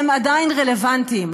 הם עדיין רלוונטיים.